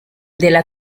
della